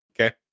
okay